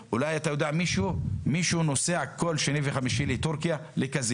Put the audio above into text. מישהו נוסע לתורכיה כל יום שני וחמישי לקזינו.